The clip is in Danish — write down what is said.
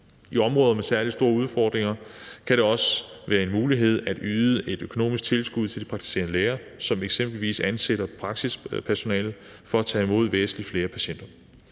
I områder med særlig store udfordringer kan det også være en mulighed at yde et økonomisk tilskud til de praktiserende læger, som eksempelvis ansætter praksispersonale, for at tage imod væsentlig flere patienter.